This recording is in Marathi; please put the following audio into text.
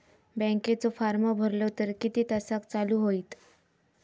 बँकेचो फार्म भरलो तर किती तासाक चालू होईत?